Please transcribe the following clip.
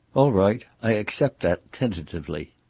all right. i accept that, tentatively.